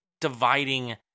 dividing